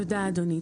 תודה אדוני.